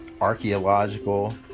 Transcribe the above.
archaeological